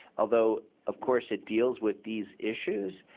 although of course it deals with these issues,